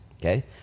Okay